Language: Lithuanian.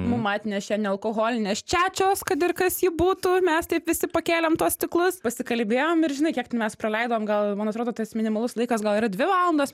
mum atnešė nealkoholinės čiačios kad ir kas ji būtų mes taip visi pakėlėm tuos stiklus pasikalbėjom ir žinai kiek ten mes praleidom gal man atrodo tas minimalus laikas gal yra dvi valandos